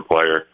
player